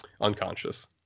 unconscious